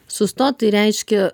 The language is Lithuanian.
sustot tai reiškia